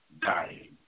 dying